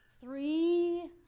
three